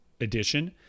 edition